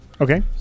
Okay